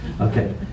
Okay